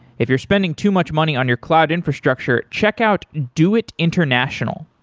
if you're spending too much money on your cloud infrastructure, check out doit international.